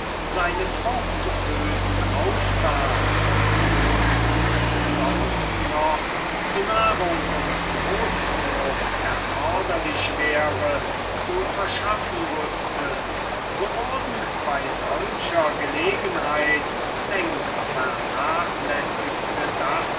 seine fruchtböden auftat und was sonst noch zu nahrung und notdurft erforderlich wäre zu verschaffen wußte so wurden bei solcher gelegenheit längst vernachlässigte